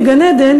מגן-עדן,